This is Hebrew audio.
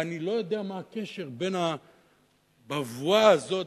ואני לא יודע מה הקשר בין הבבואה הזאת,